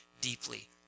deeply